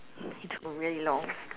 you took really long